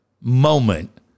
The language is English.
moment